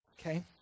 okay